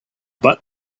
but